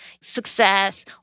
success